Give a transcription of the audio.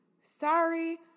Sorry